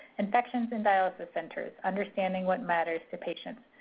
infections in dialysis centers understanding what matters to patients.